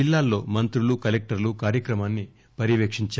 జిల్లాల్లో మంత్రులు కలెక్టర్లు కార్యక్రమాన్ని పర్యపేక్షించారు